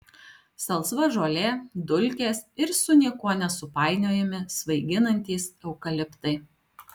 salsva žolė dulkės ir su niekuo nesupainiojami svaiginantys eukaliptai